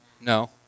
No